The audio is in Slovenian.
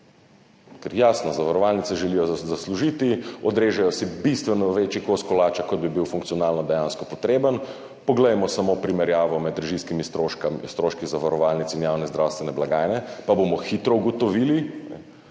Ker, jasno, zavarovalnice želijo zaslužiti, odrežejo si bistveno večji kos kolača, kot bi bil funkcionalno dejansko potreben. Poglejmo samo primerjavo med režijskimi stroški zavarovalnic in javne zdravstvene blagajne pa bomo hitro ugotovili,